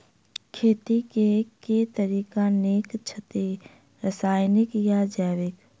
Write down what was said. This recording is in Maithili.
खेती केँ के तरीका नीक छथि, रासायनिक या जैविक?